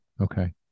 Okay